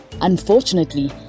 Unfortunately